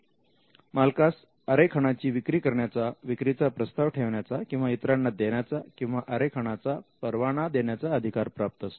मालकास आरेखनाची विक्री करण्याचा विक्रीचा प्रस्ताव ठेवण्याचा किंवा इतरांना देण्याचा किंवा आरेखनाचा परवाना देण्याचा अधिकार प्राप्त असतो